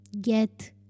get